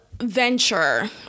venture